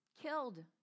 Killed